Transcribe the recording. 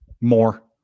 More